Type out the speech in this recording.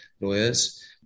lawyers